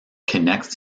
connects